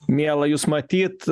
miela jūs matyt